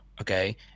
okay